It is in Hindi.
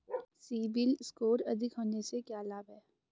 सीबिल स्कोर अधिक होने से क्या लाभ हैं?